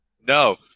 No